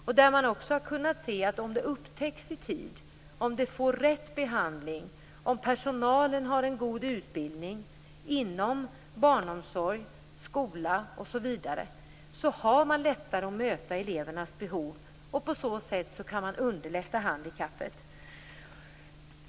Man har också kunnat se att om handikappet upptäcks i tid, om det får rätt behandling, om personalen inom barnomsorg, skola osv. har en god utbildning har man lättare att möta elevernas behov och på så sätt kan man underlätta handikappet.